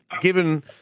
given